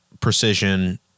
precision